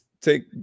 take